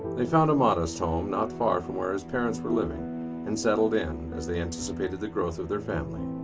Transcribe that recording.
they found a modest home not far from where his parents were living and settled in as they anticipated the growth of their family.